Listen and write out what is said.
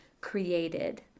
created